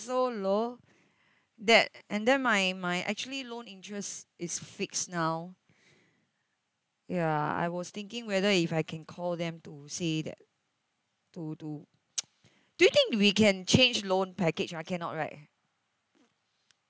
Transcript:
so low that and then my my actually loan interest is fixed now ya I was thinking whether if I can call them to say that to to do you think we can change loan package ah cannot right